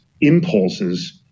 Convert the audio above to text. impulses